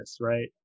right